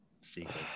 secret